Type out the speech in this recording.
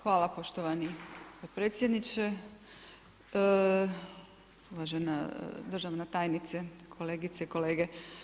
Hvala poštovani potpredsjedniče, uvažena državna tajnice, kolegice i kolege.